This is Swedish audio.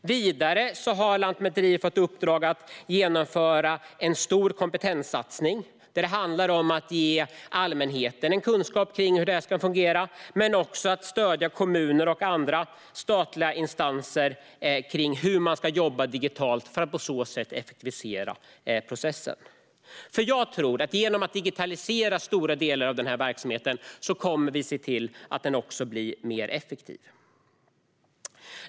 Vidare har Lantmäteriet fått i uppdrag att genomföra en stor kompetenssatsning som handlar om att ge allmänheten kunskap kring hur det här ska fungera men också stödja kommuner och andra statliga instanser kring hur man ska jobba digitalt för att på så sätt effektivisera processen. Genom att digitalisera stora delar av den här verksamheten tror jag att den också blir mer effektiv.